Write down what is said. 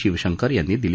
शिवशंकर यांनी दिली